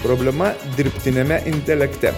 problema dirbtiniame intelekte